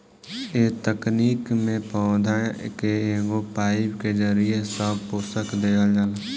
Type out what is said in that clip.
ए तकनीक में पौधा के एगो पाईप के जरिये सब पोषक देहल जाला